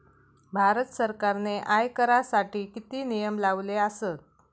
भारत सरकारने आयकरासाठी किती नियम लावले आसत?